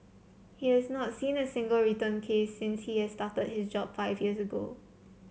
he has not seen a single return case since he started his job five years ago